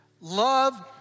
Love